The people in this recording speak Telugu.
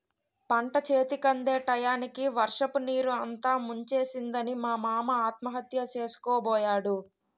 పంటచేతికందే టయానికి వర్షపునీరు అంతా ముంచేసిందని మా మామ ఆత్మహత్య సేసుకోబోయాడు